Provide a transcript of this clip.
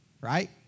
right